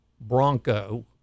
bronco